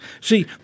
See